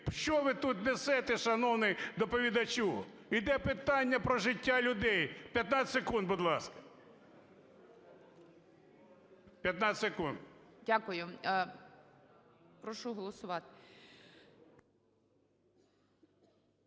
Що ви тут несете, шановний доповідачу? Іде питання про життя людей. 15 секунд будь ласка. 15 секунд. ГОЛОВУЮЧИЙ. Дякую. Прошу голосувати.